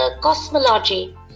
Cosmology